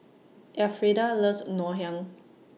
Alfreda loves Ngoh Hiang